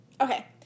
Okay